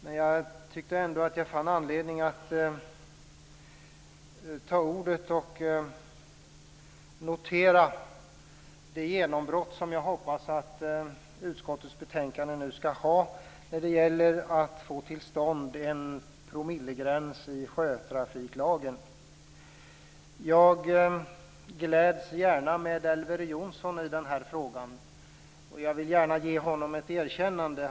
Men jag fann ändå anledning att begära ordet för att notera det genombrott som jag hoppas att utskottets betänkande nu kommer att få när det gäller att få till stånd en promillegräns i sjötrafiklagen. Jag gläds gärna med Elver Jonsson i den här frågan och vill gärna ge honom ett erkännande.